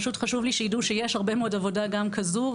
פשוט חשוב לי שידעו שיש הרבה מאוד עבודה גם כזו,